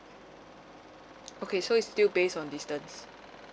okay so it's still based on distance